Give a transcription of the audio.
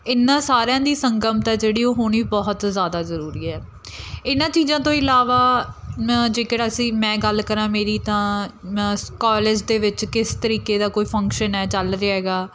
ਇਹਨਾਂ ਸਾਰਿਆਂ ਦੀ ਸੰਗਮਤਾ ਜਿਹੜੀ ਉਹ ਹੋਣੀ ਬਹੁਤ ਜ਼ਿਆਦਾ ਜ਼ਰੂਰੀ ਹੈ ਇਹਨਾਂ ਚੀਜ਼ਾਂ ਤੋਂ ਇਲਾਵਾ ਨ ਜੇਕਰ ਅਸੀਂ ਮੈਂ ਗੱਲ ਕਰਾਂ ਮੇਰੀ ਤਾਂ ਨਸ ਕਾਲਜ ਦੇ ਵਿੱਚ ਕਿਸ ਤਰੀਕੇ ਦਾ ਕੋਈ ਫੰਕਸ਼ਨ ਹੈ ਚੱਲ ਰਿਹਾ ਹੈਗਾ